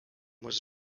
was